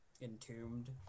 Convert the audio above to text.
entombed